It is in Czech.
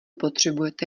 potřebujete